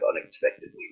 unexpectedly